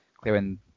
clearing